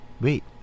Wait